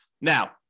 Now